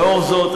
לאור זאת,